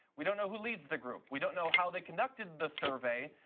we don't know who leads the group. we don't know how they conducted the survey.